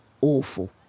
awful